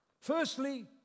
Firstly